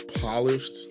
polished